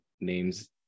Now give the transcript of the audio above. names